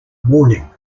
warning